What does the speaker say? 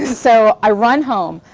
so i run home,